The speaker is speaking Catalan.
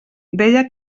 deia